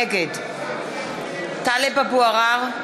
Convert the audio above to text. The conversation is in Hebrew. נגד טלב אבו עראר,